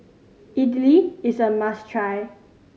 idili is a must try